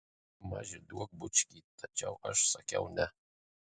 maži duok bučkį tačiau aš sakiau ne